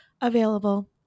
Available